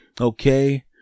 Okay